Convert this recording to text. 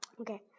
Okay